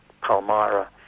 Palmyra